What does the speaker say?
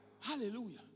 Hallelujah